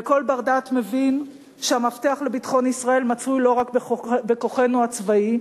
וכל בר-דעת מבין שהמפתח לביטחון ישראל מצוי לא רק בכוחנו הצבאי,